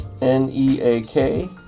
N-E-A-K